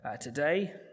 today